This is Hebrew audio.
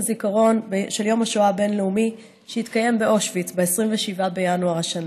הזיכרון של יום השואה הבין-לאומי שהתקיים באושוויץ ב-27 בינואר השנה.